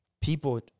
people